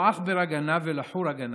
לא עכברא גנב אלא חורא גנב,